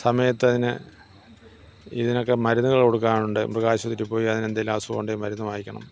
സമയത്തതിനെ ഇതിനൊക്കെ മരുന്നുകള് കൊടുക്കാനുണ്ട് മൃഗാശുപത്രിയിൽ പോയി അതിന് എന്തെങ്കിലും അസുഖം ഉണ്ടെങ്കിൽ മരുന്ന് വാങ്ങിക്കണം